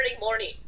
morning